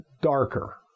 darker